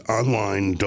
online